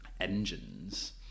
engines